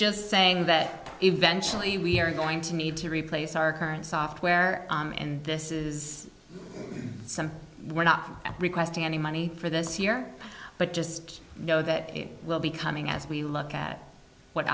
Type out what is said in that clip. just saying that eventually we are going to need to replace our current software and this is something we're not requesting any money for this year but just know that it will be coming as we look at what